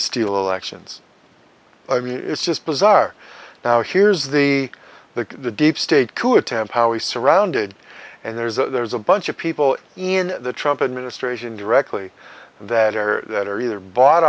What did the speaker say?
steal elections i mean it's just bizarre now here's the the the deep state coup attempt how he's surrounded and there's a there's a bunch of people in the trump administration directly that are that are either bought